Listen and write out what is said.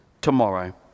tomorrow